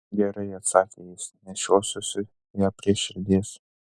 gerai atsakė jis nešiosiuosi ją prie širdies